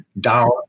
down